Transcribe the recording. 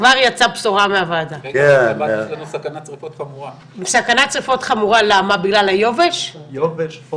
הרושם שלי הוא שהשלטון המקומי לא נתן מספיק יחס לאירוע